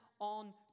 on